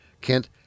Kent